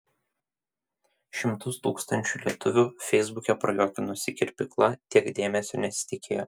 šimtus tūkstančių lietuvių feisbuke prajuokinusi kirpykla tiek dėmesio nesitikėjo